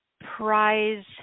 prize